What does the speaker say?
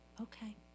okay